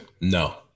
No